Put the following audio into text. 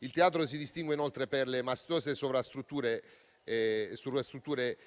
Il teatro si distingue, inoltre, per le maestose sovrastrutture